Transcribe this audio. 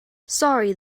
sorry